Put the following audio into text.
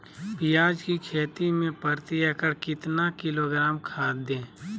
प्याज की खेती में प्रति एकड़ कितना किलोग्राम खाद दे?